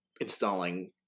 installing